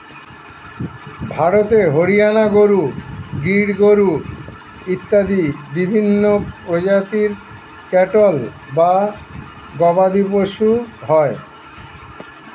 ভারতে হরিয়ানা গরু, গির গরু ইত্যাদি বিভিন্ন প্রজাতির ক্যাটল বা গবাদিপশু হয়